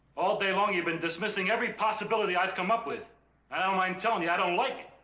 all day long you've been dismissing every possibility i've come up with i don't mind telling you i don't like